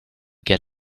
get